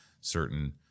certain